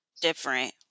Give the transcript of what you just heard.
different